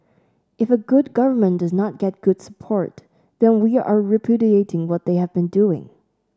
if a good government does not get good support then we are repudiating what they have been doing